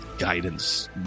Guidance